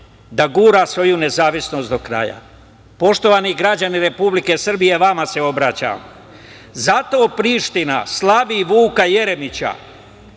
da gura svoju nezavisnost do kraja. Poštovani građani Republike Srbije, vama se obraćam, zato Priština slavi Vuka Jeremića,